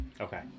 Okay